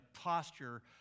posture